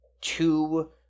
two